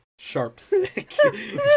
Sharpstick